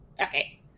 Okay